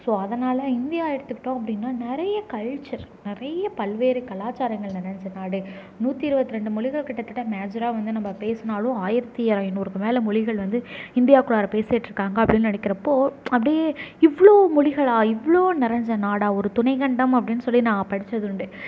so அதனால India எடுத்துகிட்டோம் அப்படின்னா நிறைய கல்ச்சர் நிறைய பல்வேறு கலாச்சாரங்கள் நிறஞ்ச நாடு நூற்று இருபத்ரெண்டு மொழிகள் கிட்டத்தட்ட மேஜராக வந்து நம்ம பேசுனாலும் ஆயிரத்தி ஐநூறுக்கு மேல் மொழிகள் வந்து இந்தியாக்குள்ளாற பேசிகிட்டிருக்காங்க அப்படின்னு நினக்குறப்போ அப்படியே இவ்வளோ மொழிகளால் இவ்வளோ நிறஞ்ச நாடாக ஒரு துணைக்கண்டம் அப்படின்னு சொல்லி நான் படிச்சதுண்டு